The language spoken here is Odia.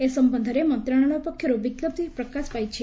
ଏ ସମ୍ଭନ୍ଧରେ ମନ୍ତଶାଳୟ ପକ୍ଷରୁ ବିଙ୍କପ୍ତି ପ୍ରକାଶ ପାଇଛି